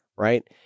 Right